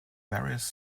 various